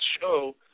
show